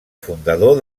fundador